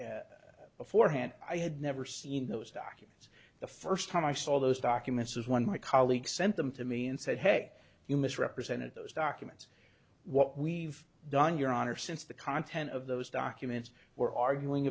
beforehand i had never seen those documents the first time i saw those documents is when my colleague sent them to me and said hey you misrepresented those documents what we've done your honor since the content of those documents were arguing